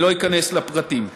אני לא איכנס לפרטים.